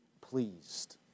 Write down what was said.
pleased